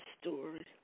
story